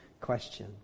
question